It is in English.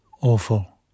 Awful